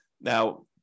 Now